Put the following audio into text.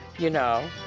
you know.